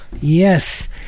Yes